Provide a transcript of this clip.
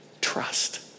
trust